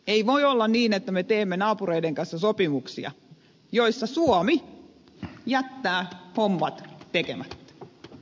ei voi olla niin että me teemme naapureiden kanssa sopimuksia joissa suomi jättää hommat tekemättä